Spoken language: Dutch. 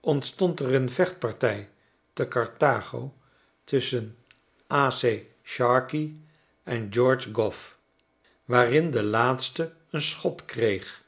ontstond er een vechtparty te carthago tusschen a c sharkey en george goff waarin de laatste een schot kreeg